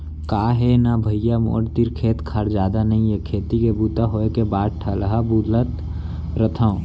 का हे न भइया मोर तीर खेत खार जादा नइये खेती के बूता होय के बाद ठलहा बुलत रथव